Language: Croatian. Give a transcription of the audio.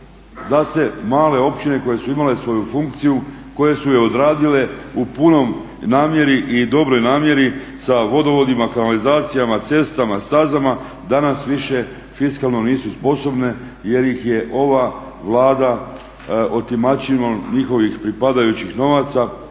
Da se male općine koje su imale svoju funkciju, koje su je odradile u punoj namjeri i dobroj namjeri sa vodovodima, kanalizacijama, cestama, stazama danas više fiskalno nisu sposobne jer ih je ova Vlada otimačinom njihovih pripadajućih novaca